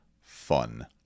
fun